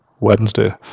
Wednesday